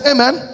Amen